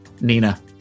Nina